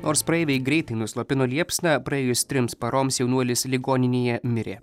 nors praeiviai greitai nuslopino liepsną praėjus trims paroms jaunuolis ligoninėje mirė